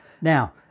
Now